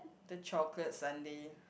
the chocolate sundae